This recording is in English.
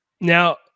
Now